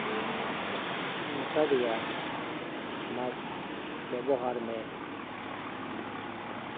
ᱤᱧ ᱢᱮᱛᱟ ᱫᱮᱭᱟ ᱢᱟᱠᱥ ᱵᱮᱵᱚᱦᱟᱨ ᱢᱮ